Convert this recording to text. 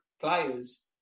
players